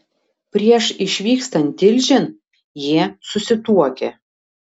prieš išvykstant tilžėn jie susituokia